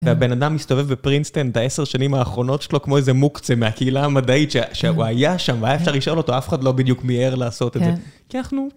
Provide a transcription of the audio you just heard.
והבן אדם מסתובב בפרינסטן את העשר שנים האחרונות שלו כמו איזה מוקצה מהקהילה המדעית שהוא היה שם, והיה אפשר לשאול אותו, אף אחד לא בדיוק מיהר לעשות את זה. כי אנחנו